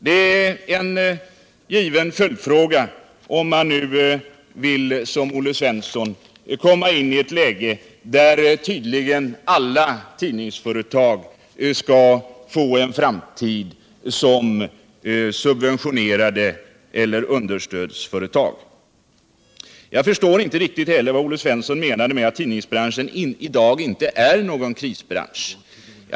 Det är en given följdfråga om man nu, som Olle Svensson, vill komma in i ett läge där tydligen alla tidningsföretag skall få en framtid som subventionerade understödsföretag. Jag förstår inte riktigt vad Olle Svensson menade med att tidningsbranschen i dag inte är någon krisbransch.